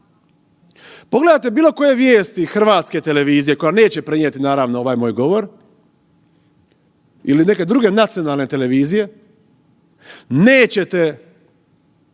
Pogledajte bilo koje vijesti HRT-a koja neće prenijeti naravno ovaj moj govor ili neke druge nacionalne televizije, nećete